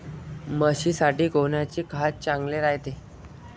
म्हशीसाठी कोनचे खाद्य चांगलं रायते?